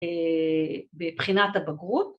‫בבחינת הבגרות.